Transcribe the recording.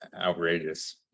Outrageous